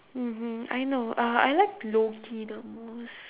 mmhmm I know uh I like loki the most